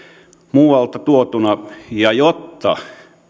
muualta tuotuna ja jotta